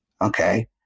Okay